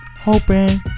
Hoping